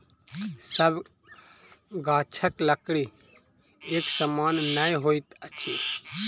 सभ गाछक लकड़ी एक समान नै होइत अछि